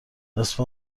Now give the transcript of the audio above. نصف